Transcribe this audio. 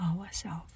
ourself